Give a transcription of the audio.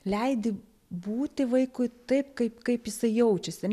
leidi būti vaikui taip kaip kaip jisai jaučiasi